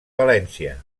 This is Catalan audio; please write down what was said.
valència